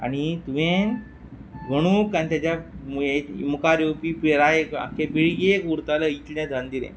आनी तुवें गणूक आनी तेच्या मुखार येवपी पिरायेक पिळगेक उरतलें इतलें धन दिलें